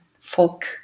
folk